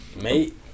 mate